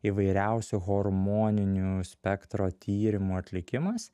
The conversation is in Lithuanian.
įvairiausių hormoninių spektro tyrimų atlikimas